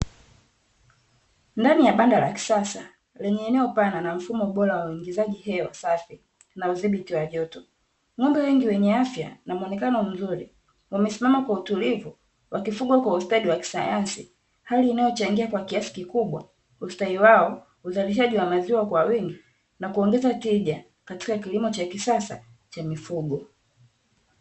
Ndani ya banda la kisasa lenye eneo pana na mfumo bora wa uingizaji hewa safi na udhibiti wa joto, ng'ombe wengi wenye afya na muonekano mzuri wamesimama kwa utulivu, wakifungwa kwa ustadi wa kisayansi. Hali inayochangia kwa kiasi kikubwa usitawi wao, uzalishaji wa maziwa kwa wingi, na kuongeza tija katika kilimo cha kisasa cha mifugo.